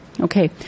Okay